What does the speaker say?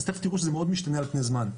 תיכף תראו שזה משתנה על פני זמן.